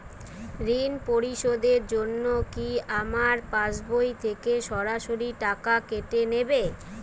ঋণ পরিশোধের জন্য কি আমার পাশবই থেকে সরাসরি টাকা কেটে নেবে?